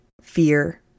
fear